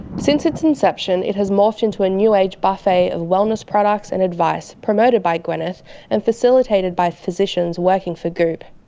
since its inception it has morphed into a new age buffet of wellness products and advice promoted by gwyneth and facilitated by physicians working for goop.